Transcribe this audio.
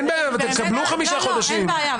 אין בעיה,